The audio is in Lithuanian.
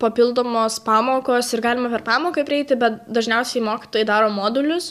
papildomos pamokos ir galima per pamoką prieiti bet dažniausiai mokytojai daro modulius